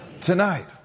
Tonight